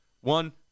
one